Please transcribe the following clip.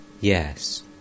Yes